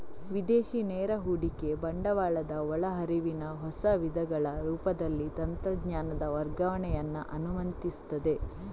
ವಿದೇಶಿ ನೇರ ಹೂಡಿಕೆ ಬಂಡವಾಳದ ಒಳ ಹರಿವಿನ ಹೊಸ ವಿಧಗಳ ರೂಪದಲ್ಲಿ ತಂತ್ರಜ್ಞಾನದ ವರ್ಗಾವಣೆಯನ್ನ ಅನುಮತಿಸ್ತದೆ